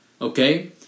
okay